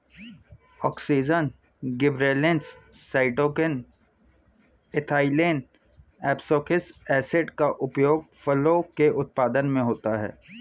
auxin, gibberellins, cytokinin, ethylene, abscisic acid का उपयोग फलों के उत्पादन में होता है